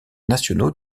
nationaux